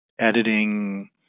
editing